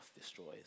destroys